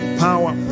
power